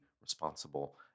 responsible